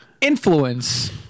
influence